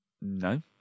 No